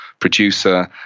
producer